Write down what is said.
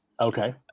Okay